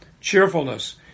cheerfulness